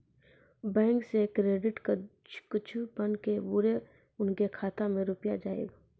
Bank से credit कद्दू बन के बुरे उनके खाता मे रुपिया जाएब?